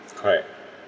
correct